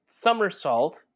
somersault